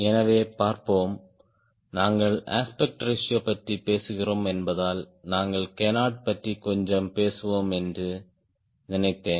எனவே பார்ப்போம் நாங்கள் அஸ்பெக்ட் ரேஷியோ பற்றி பேசுகிறோம் என்பதால் நாங்கள் கேனார்ட் பற்றி கொஞ்சம் பேசுவோம் என்று நினைத்தேன்